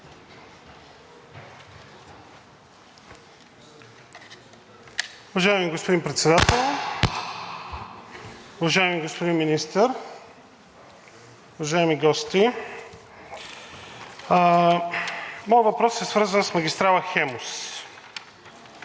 Моят въпрос е свързан с магистрала „Хемус“.